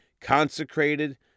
consecrated